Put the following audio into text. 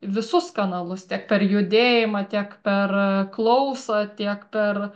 visus kanalus tiek per judėjimą tiek per klausą tiek per